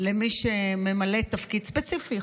למי שממלא תפקיד ספציפי,